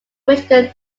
michigan